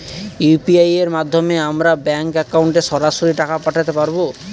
UPI এর মাধ্যমে আমরা ব্যাঙ্ক একাউন্টে সরাসরি টাকা পাঠাতে পারবো?